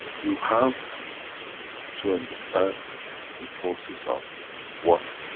you have to understand the process of what,